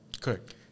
Correct